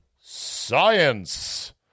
science